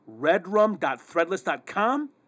redrum.threadless.com